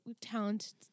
talent